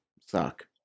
suck